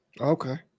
Okay